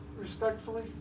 respectfully